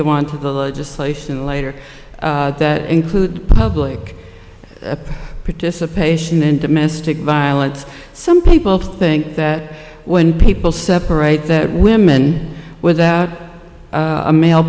go on to the legislation later that include public participation in domestic violence some people think that when people separate that women without a male